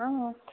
অ